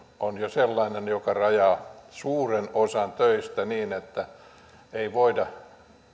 on jo sellainen joka rajaa suuren osan töistä niin että ei voida